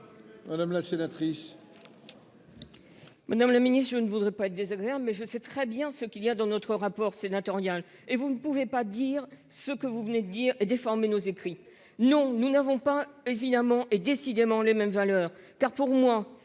Madame la sénatrice. Madame le Ministre je ne voudrai pas être désagréable mais je sais très bien ce qu'il y a dans notre rapport sénatorial. Et vous ne pouvez pas dire ce que vous venez de dire est déformée nos écrits. Non, nous n'avons pas évidemment. Et décidément les mêmes valeurs, car pour moi,